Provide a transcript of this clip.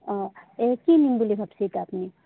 অঁ এই কি নিম বুলি ভাবছি আপুনি